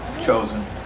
chosen